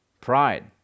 Pride